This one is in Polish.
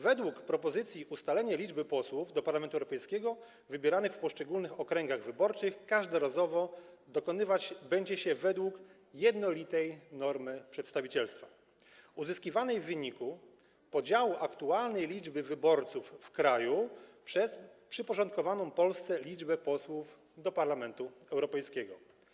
Według propozycji ustalanie liczby posłów do Parlamentu Europejskiego wybieranych w poszczególnych okręgach wyborczych każdorazowo dokonywać będzie się według jednolitej normy przedstawicielstwa, uzyskiwanej w wyniku podziału aktualnej liczby wyborców w kraju przez przyporządkowaną Polsce liczbę posłów do Parlamentu Europejskiego.